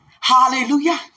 Hallelujah